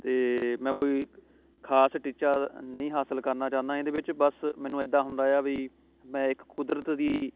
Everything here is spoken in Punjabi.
ਅਤੇ ਮੈਂ ਕੋਈ ਖਾਸ ਟੀਚਾ ਨਹੀਂ ਹਾਸਲ ਕਰਨਾ ਚਾਹੁੰਦਾ ਇਹਦੇ ਵਿੱਚ ਬਸ ਮੈਨੂੰ ਐਦਾਂ ਹੁੰਦਾ ਆ ਬਈ ਮੈਂ ਇੱਕ ਕੁਦਰਤ ਦੀ